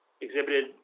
exhibited